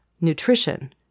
nutrition